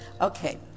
Okay